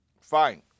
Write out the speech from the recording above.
fine